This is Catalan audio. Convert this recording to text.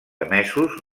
emesos